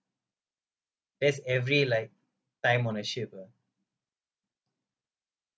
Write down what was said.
that's every like time on a ship uh